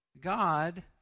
God